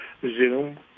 Zoom